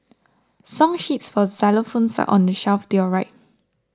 song sheets for xylophones are on the shelf to your right